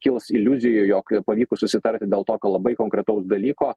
kils iliuzijų jog ir pavykus susitarti dėl tokio labai konkretaus dalyko